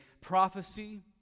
prophecy